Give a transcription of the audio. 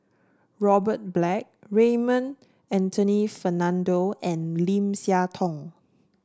Robert Black Raymond Anthony Fernando and Lim Siah Tong